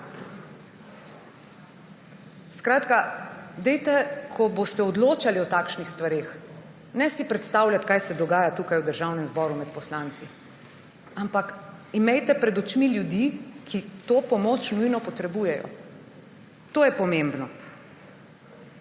celo leto. Ko boste odločali o takšnih stvareh, si ne predstavljati, kaj se dogaja tukaj v Državnem zboru med poslanci, ampak imejte pred očmi ljudi, ki to pomoč nujno potrebujejo. To je pomembno.